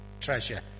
Treasure